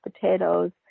potatoes